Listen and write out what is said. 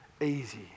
easy